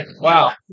Wow